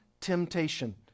temptation